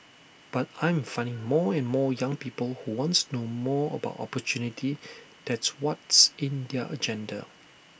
but I'm finding more and more young people who wants know more about opportunity that's what's in their agenda